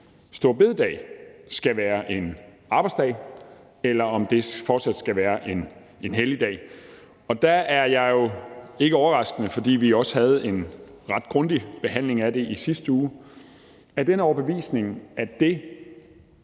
store bededag skal være en arbejdsdag, eller om det fortsat skal være en helligdag. Der er jeg jo, ikke overraskende, for vi havde også en ret grundig behandling af det i sidste uge, af den overbevisning, at det